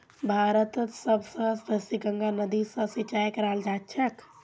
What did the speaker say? भारतत सब स बेसी गंगा नदी स सिंचाई कराल जाछेक